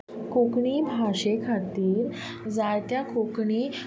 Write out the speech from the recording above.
कोंकणी भाशे खातीर जायत्या कोंकणी